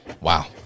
wow